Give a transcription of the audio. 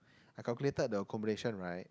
I calculated the accommodation right